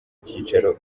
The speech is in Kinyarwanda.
icyicaro